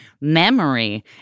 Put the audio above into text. memory